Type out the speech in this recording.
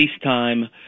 FaceTime